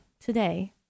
today